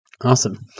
Awesome